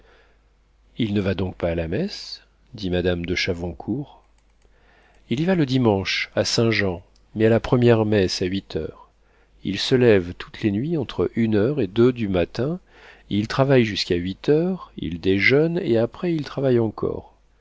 il ne va donc pas à la messe dit madame de chavoncourt il y va le dimanche à saint-jean mais à la première messe à huit heures il se lève toutes les nuits entre une heure et deux du matin il travaille jusqu'à huit heures il déjeune et après il travaille encore